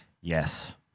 yes